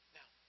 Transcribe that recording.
now